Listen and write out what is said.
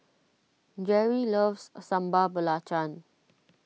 Jere loves Sambal Belacan